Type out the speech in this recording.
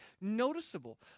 noticeable